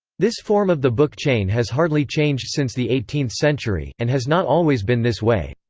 this form of the book chain has hardly changed since the eighteenth century, and has not always been this way.